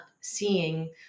seeing